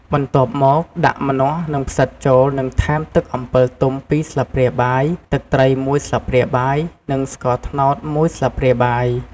បន្ទាប់មក ដាក់ ម្នាស់ និង ផ្សិត ចូល និងថែម ទឹកអំពិលទុំ ២ ស្លាបព្រាបាយ ទឹកត្រី ១ ស្លាបព្រាបាយ និងស្ករត្នោត ១ ស្លាបព្រាបាយ។